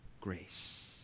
grace